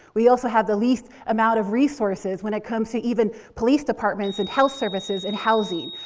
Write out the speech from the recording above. we also have the least amount of resources when it comes to even police departments and health services and housing.